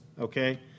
okay